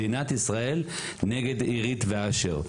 מדינת ישראל נגד עירית ואשר.